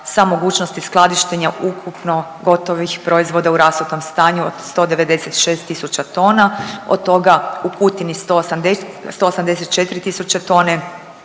sa mogućnosti skladištenja ukupno gotovih proizvoda u rasutom stanju od 196 tisuća tona, od toga u Kutini 184 tisuće tone